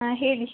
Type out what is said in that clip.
ಹಾಂ ಹೇಳಿ